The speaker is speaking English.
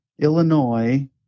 illinois